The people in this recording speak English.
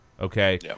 Okay